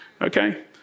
okay